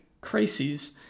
crises